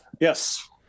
Yes